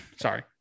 sorry